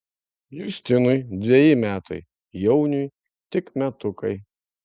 justinui dveji metai jauniui tik metukai